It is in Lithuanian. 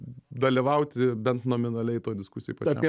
dalyvauti bent nominaliai toj diskusijoj pačiam